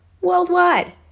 worldwide